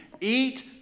Eat